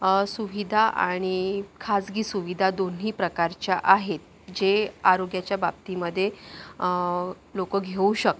सुविधा आणि खाजगी सुविधा दोन्ही प्रकारच्या आहेत जे आरोग्याच्या बाबतीमध्ये लोकं घेऊ शकतात